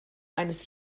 eines